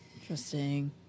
Interesting